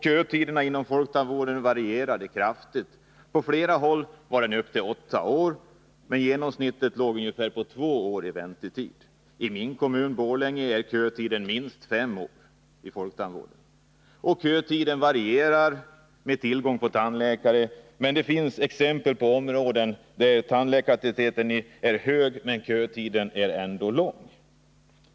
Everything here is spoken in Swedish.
Kötiderna inom folktandvården varierade kraftigt. På flera håll var kötiden upp till åtta öl år, men genomsnittet låg på ungefär två års väntetid. I min hemkommun, Borlänge, är kötiden minst fem år inom folktandvården. Kötiden varierar med tillgången på tandläkare, men det finns exempel på områden där tandläkartätheten är hög och kötiden ändå mycket lång.